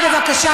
בבקשה,